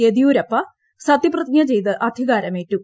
യദിയൂരപ്പ സത്യപ്രതിജ്ഞ ചെയ്ത് അധികാരമേറ്റു